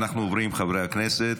אנחנו עוברים, חברי הכנסת,